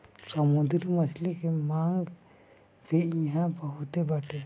समुंदरी मछली के मांग भी इहां बहुते बाटे